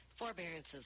Forbearances